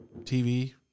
TV